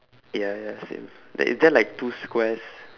ya ya same ther~ is there like two squares